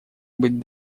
быть